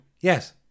Yes